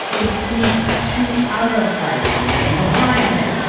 it's the two other players in the game, behind them,